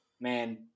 Man